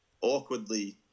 awkwardly –